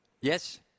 Yes